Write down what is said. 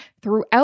throughout